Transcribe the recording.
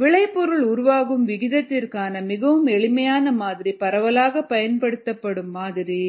விளைபொருள் உருவாகும் விகிதத்திற்கான மிகவும் எளிமையான மாதிரி பரவலாகப் பயன்படுத்தப்படும் மாதிரி